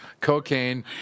Cocaine